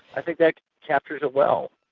i think that captures it well.